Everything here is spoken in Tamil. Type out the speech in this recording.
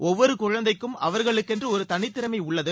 ஒவ்வொரு குழந்தைக்கும் அவர்களுக்கென்று ஒரு தனித்திறமை உள்ளது